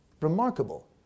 remarkable